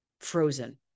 frozen